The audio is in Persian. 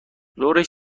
ظهرش